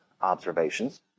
observations